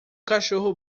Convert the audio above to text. cachorro